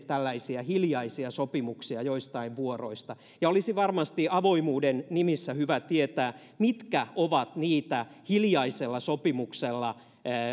tällaisia hiljaisia sopimuksia joistain vuoroista ja olisi varmasti avoimuuden nimissä hyvä tietää mitkä ovat niitä hiljaisella sopimuksella